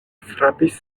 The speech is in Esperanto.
frapis